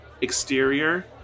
exterior